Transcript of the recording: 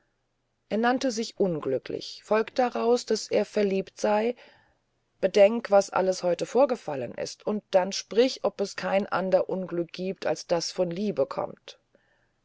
er nannte sich unglücklich folgt daraus daß er verliebt sey bedenk was alles heute vorgefallen ist und dann sprich ob es kein ander unglück giebt als was von liebe kommt